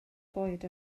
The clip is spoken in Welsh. bwyd